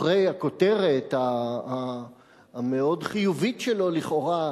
אחרי הכותרת המאוד-חיובית שלו, לכאורה,